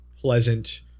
pleasant